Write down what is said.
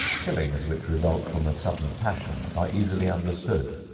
killings which result from a sudden passion are easily understood.